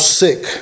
sick